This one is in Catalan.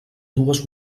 dues